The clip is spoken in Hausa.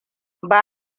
ba